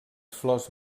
flors